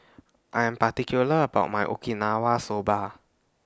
I Am particular about My Okinawa Soba